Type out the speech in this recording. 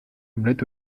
omelette